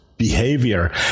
Behavior